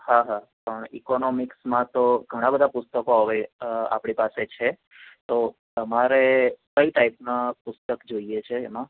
હા હા પણ ઇકોનોમીસમાં તો ઘણાં બધાં પુસ્તકો હવે આપણી પાસે છે તો તમારે કઈ ટાઇપના પુસ્તક જોઈએ છે એમાં